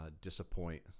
disappoint